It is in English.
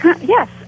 Yes